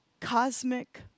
cosmic